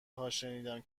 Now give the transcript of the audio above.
هاشنیدم